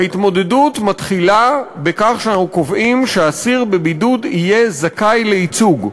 ההתמודדות מתחילה בכך שאנחנו קובעים שאסיר בבידוד יהיה זכאי לייצוג,